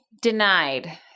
Denied